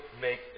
make